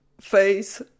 face